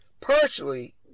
partially